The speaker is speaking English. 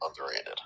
underrated